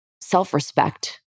self-respect